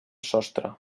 sostre